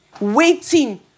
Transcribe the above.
Waiting